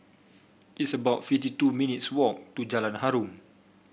it's about fifty two minutes' walk to Jalan Harum